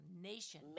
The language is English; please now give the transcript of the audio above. Nation